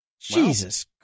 Jesus